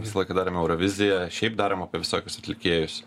visą laiką darėm euroviziją šiaip darėm apie visokius atlikėjus